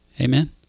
Amen